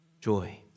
joy